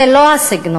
זה לא הסגנון,